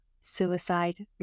suicide